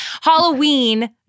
Halloween